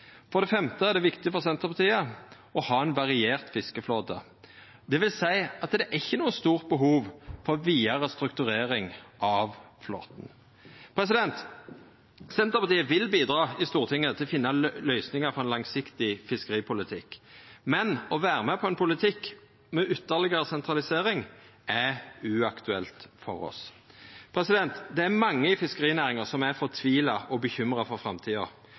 For det femte: Det er viktig for Senterpartiet å ha ein variert fiskeflåte. Det vil seia at det ikkje er noko stort behov for vidare strukturering av flåten. Senterpartiet vil bidra i Stortinget til å finna løysingar for ein langsiktig fiskeripolitikk, men å vera med på ein politikk med ytterlegare sentralisering er uaktuelt for oss. Det er mange i fiskerinæringa som er fortvila og bekymra for framtida,